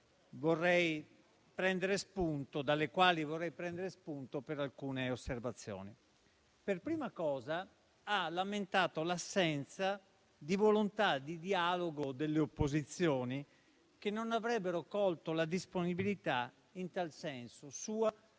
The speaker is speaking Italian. dalle quali vorrei prendere spunto per svolgere alcune osservazioni. Per prima cosa ha lamentato l'assenza di volontà di dialogo delle opposizioni, che non avrebbero colto la disponibilità in tal senso sua